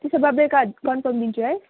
त्यसो भए बेलुका कन्फर्म दिन्छु है